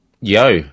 yo